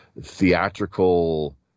theatrical